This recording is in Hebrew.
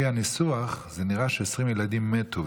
לפי הניסוח נראה ש-20 ילדים מתו,